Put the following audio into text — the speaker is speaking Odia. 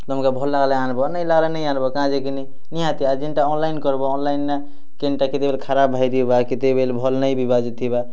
ତମ୍କେ ଭଲ୍ ଲାଗ୍ଲେ ଆଣ୍ବ ନେଇଁ ଲାଗ୍ଲେ ନେଇଁ ଆଣ୍ବ କାଏଁ ଯାଇକିନି ନିହାତି ଆଉ ଯେନ୍ତା ଅନଲାଇନ୍ କର୍ବୋ ଅନଲାଇନ୍ କେନ୍ତା କିଥିରେ ଖରାପ୍ ବାହାରିବା କେତେବେଲ୍ ଭଲ୍ ନେଇଁ ବି ବାଜୁଥିବା